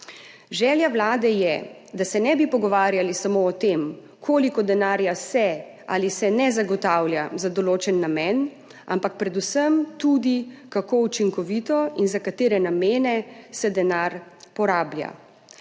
Želja vlade je, da se ne bi pogovarjali samo o tem, koliko denarja se ali se ne zagotavlja za določen namen, ampak predvsem tudi, kako učinkovito in za katere namene se denar porablja.